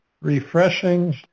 refreshing